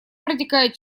протекает